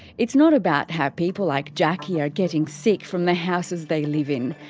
it's not about how people like jacki are getting sick from the houses they live in.